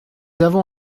avons